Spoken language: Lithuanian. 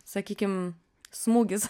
sakykim smūgis